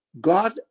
God